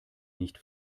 nicht